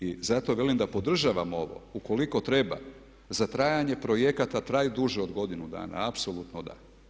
I zato velim da podržavamo ovo ukoliko treba za trajanje projekata a traju duže od godinu dana, apsolutno da.